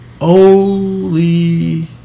holy